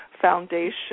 foundation